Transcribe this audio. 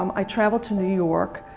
um i traveled to new york,